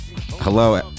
Hello